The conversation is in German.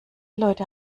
leute